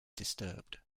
disturbed